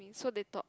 so they talk